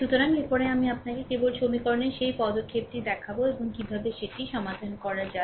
সুতরাং এর পরে আমি আপনাকে কেবল সমীকরণের সেই পদক্ষেপটি দেখাব এবং কীভাবে এটি সমাধান করা যায়